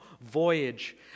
voyage